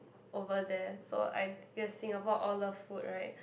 over there so I guess Singapore all love food right